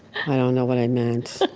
i don't know what i meant.